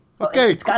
Okay